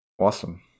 Awesome